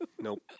Nope